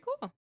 cool